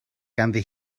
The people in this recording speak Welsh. ganddi